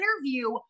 interview